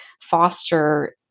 foster